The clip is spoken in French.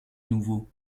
nouveau